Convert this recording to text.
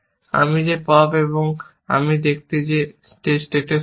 আমি যে পপ এবং আমি দেখতে যে এই স্টেটে সত্য